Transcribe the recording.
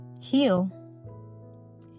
heal